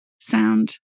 sound